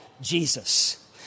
Jesus